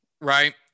right